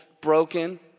broken